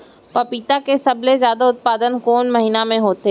पपीता के सबले जादा उत्पादन कोन महीना में होथे?